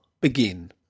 begin